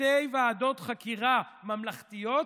שתי ועדות חקירה ממלכתיות,